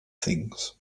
things